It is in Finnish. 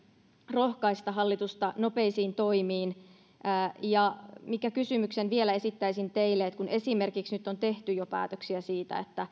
rohkaista hallitusta nopeisiin toimiin sen kysymyksen vielä esittäisin teille että kun nyt on tehty jo päätöksiä esimerkiksi siitä että